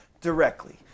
directly